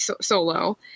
Solo